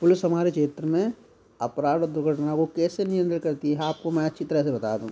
police हमारे क्षेत्र में अपराध और दुर्घटना को कैसे नियंत्रित करती है आपको मैं अच्छी तरह से बता दूँ